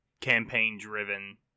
campaign-driven